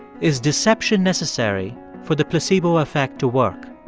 is deception necessary for the placebo effect to work?